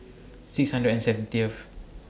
six hundred and seventieth